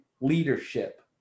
leadership